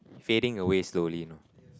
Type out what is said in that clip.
fading away slowly you know